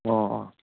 ꯑꯣ